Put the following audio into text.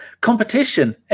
Competition